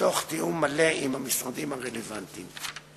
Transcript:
ובתיאום מלא עם המשרדים הרלוונטיים.